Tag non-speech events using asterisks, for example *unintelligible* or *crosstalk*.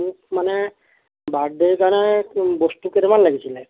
*unintelligible* মানে বাৰ্থডে কাৰণে বস্তু কেইটামান লাগিছিলে